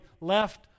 left